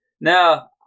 now